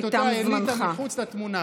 את אותה אליטה, מחוץ לתמונה.